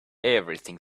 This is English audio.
everything